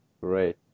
Great